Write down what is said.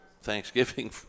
Thanksgiving